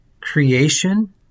Creation